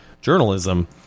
journalism